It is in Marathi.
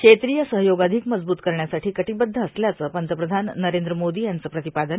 क्षेत्रीय सहयोग अधिक मजबूत करण्यासाठी कटीबद्ध असल्याचं पंतप्रधान नरेंद्र मोदी यांचं प्रतिपादन